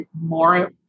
more